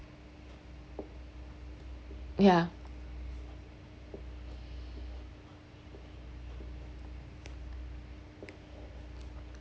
ya